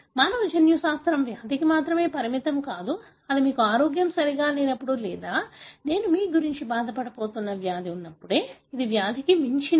మానవ జన్యుశాస్త్రం వ్యాధికి మాత్రమే పరిమితం కాదు అది మీకు ఆరోగ్యం సరిగా లేనప్పుడు లేదా నేను మీ గురించి బాధపడబోతున్న వ్యాధి ఉన్నప్పుడే ఇది వ్యాధికి మించినది